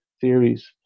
theories